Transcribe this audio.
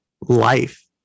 life